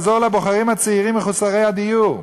לעזור לבוחרים הצעירים מחוסרי הדיור.